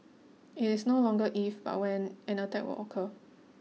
it's no longer if but when an attack would occur